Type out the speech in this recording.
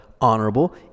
honorable